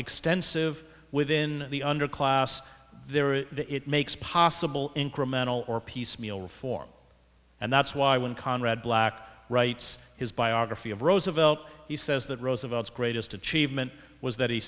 extensive within the underclass there is it makes possible incremental or piecemeal reform and that's why when conrad black writes his biography of roosevelt he says that roosevelt's greatest achievement was that he